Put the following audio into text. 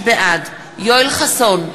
בעד יואל חסון,